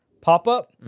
pop-up